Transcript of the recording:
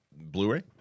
Blu-ray